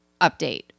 update